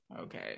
okay